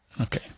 Okay